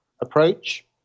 approach